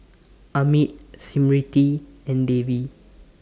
Amit Smriti and Devi